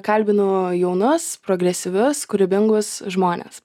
kalbinu jaunus progresyvius kūrybingus žmones